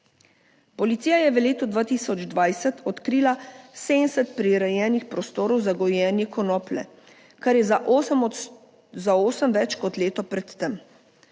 Policija je v letu 2020 odkrila 70 prirejenih prostorov za gojenje konoplje, kar je za osem za osem več kot leto pred tem.